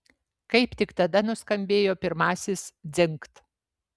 kaip tik tada nuskambėjo pirmasis dzingt